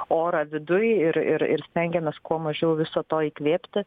orą viduj ir ir ir stengiamės kuo mažiau viso to įkvėpti